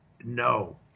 no